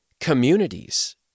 Communities